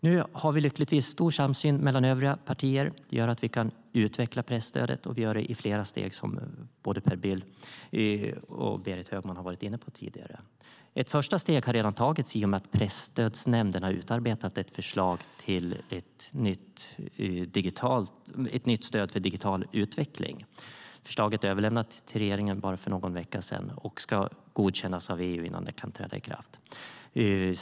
Nu har vi lyckligtvis stor samsyn mellan övriga partier. Det gör att vi kan utveckla presstödet. Vi gör det i flera steg, som både Per Bill och Berit Högman har varit inne på tidigare. Ett första steg har redan tagits i och med att Presstödsnämnden har utarbetat ett förslag till ett nytt stöd för digital utveckling. Förslaget är överlämnat till regeringen för bara någon vecka sedan och ska godkännas av EU innan det kan träda i kraft.